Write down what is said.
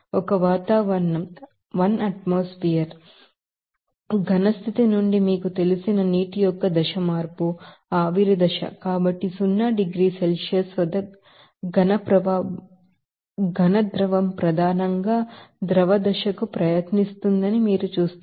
ఒక వాతావరణం మీకు తెలుసా సాలిడ్ స్టేట్ నుండి మీకు తెలిసిన నీటి యొక్క దశ మార్పు ఆవిరి దశ కాబట్టి సున్నా డిగ్రీల సెల్సియస్ వద్ద సాలిడ్ ప్రధానంగా లిక్విడ్ స్టేట్ కు ప్రయత్నిస్తుందని మీరు చూస్తారు